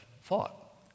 fought